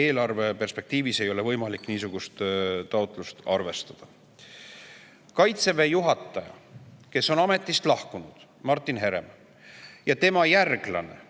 eelarve perspektiivis ei ole võimalik niisugust taotlust arvestada. Kaitseväe juhataja, kes on ametist lahkunud, Martin Herem, ja tema järglane